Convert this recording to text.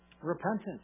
repentance